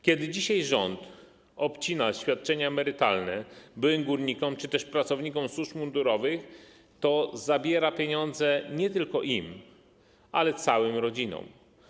Kiedy dzisiaj rząd obcina świadczenia emerytalne byłym górnikom czy też pracownikom służb mundurowych, to zabiera pieniądze nie tylko im, ale całym rodzinom.